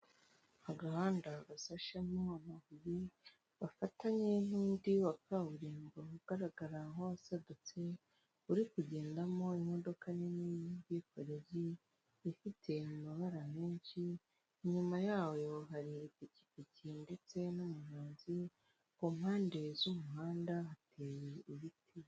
Agahanda gasashemo amabuye gafatanye n'undi wa kaburimbo ugaragara nk'uwasadutse uri kugendamo imodoka nini y'ubwikorezi ifite amabara menshi inyuma yaho hari ipikipiki ndetse n'umunyonzi ku mpande z'umuhanda hateye ibiti .